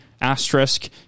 asterisk